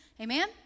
amen